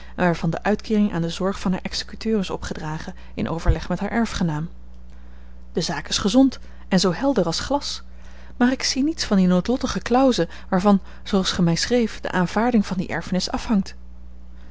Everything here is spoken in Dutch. en waarvan de uitkeering aan de zorg van haar executeur is opgedragen in overleg met haar erfgenaam de zaak is gezond en zoo helder als glas maar ik zie niets van die noodlottige clause waarvan zooals gij mij schreef de aanvaarding van die erfenis afhangt